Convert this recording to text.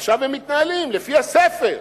עכשיו הם מתנהלים לפי הספר,